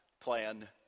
plan